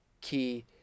key